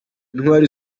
intwari